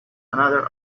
another